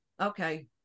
Okay